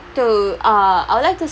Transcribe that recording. to uh I would like to